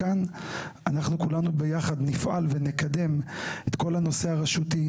ואנחנו כולנו יחד נפעל ונקדם את כל נושא הרשויות,